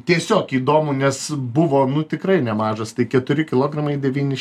tiesiog įdomu nes buvo nu tikrai nemažas tai keturi kilogramai devyni š